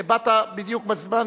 באת בדיוק בזמן,